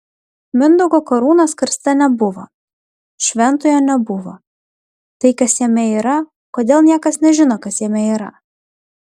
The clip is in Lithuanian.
mindaugo karūnos karste nebuvo šventojo nebuvo tai kas jame yra kodėl niekas nežino kas jame yra